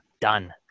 Done